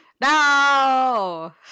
No